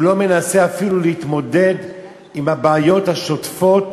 הוא לא מנסה אפילו להתמודד עם הבעיות השוטפות